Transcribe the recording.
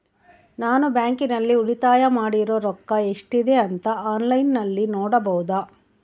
ನಾನು ಬ್ಯಾಂಕಿನಲ್ಲಿ ಉಳಿತಾಯ ಮಾಡಿರೋ ರೊಕ್ಕ ಎಷ್ಟಿದೆ ಅಂತಾ ಆನ್ಲೈನಿನಲ್ಲಿ ನೋಡಬಹುದಾ?